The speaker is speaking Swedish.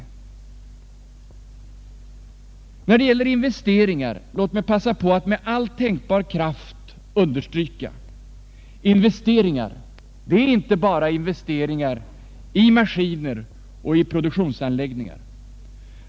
Låt mig när det gäller investeringar passa på att med all tänkbar kraft understryka, att investeringar inte bara är investeringar i maskiner och produktionsanläggningar.